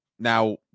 now